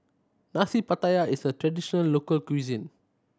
Nasi Pattaya is a traditional local cuisine